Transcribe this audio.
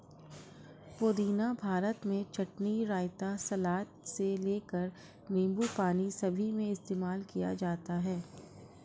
पुदीना भारत में चटनी, रायता, सलाद से लेकर नींबू पानी सभी में इस्तेमाल किया जाता है